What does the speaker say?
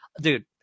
Dude